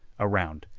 around,